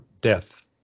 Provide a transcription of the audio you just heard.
death